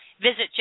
Visit